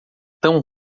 tão